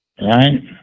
right